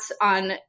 on